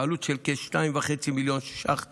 בעלות של כ-2.5 מיליון ש"ח בשנה.